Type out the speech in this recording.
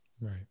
Right